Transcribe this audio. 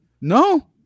No